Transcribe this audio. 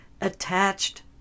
attached